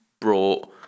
brought